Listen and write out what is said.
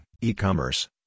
e-commerce